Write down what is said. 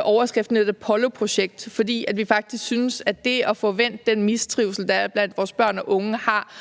overskriften et Apolloprojekt, fordi vi faktisk synes, at det at få vendt den mistrivsel, der er blandt vores børn og unge, har